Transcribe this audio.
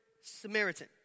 Samaritan